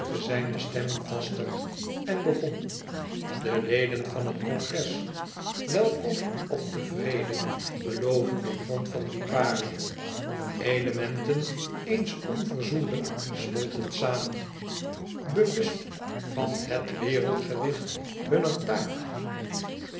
zijne stem vaster en begon de leden van het congres welkom op den vrede belovenden grond van liparië elementen eens onverzoenlijk smolten samen bewust van het wereldgewicht hunner taak